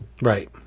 Right